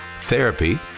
therapy